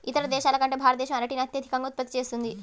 ఇతర దేశాల కంటే భారతదేశం అరటిని అత్యధికంగా ఉత్పత్తి చేస్తుంది